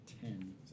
ten